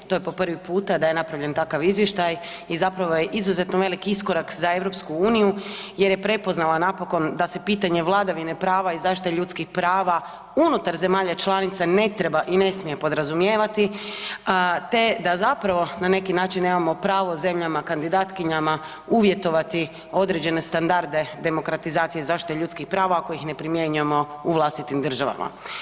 To je po prvi puta da je napravljen takav izvještaj i zapravo je izuzetno veliki iskorak za EU jer je prepoznala napokon da se pitanje vladavine prava i zaštite ljudskih prava unutar zemalja članica ne treba i ne smije podrazumijevati te da zapravo na neki način nemamo pravo zemljama kandidatkinjama uvjetovati određene standarde demokratizacije i zaštite ljudskih prava ako ih ne primjenjujemo u vlastitim državama.